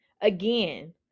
Again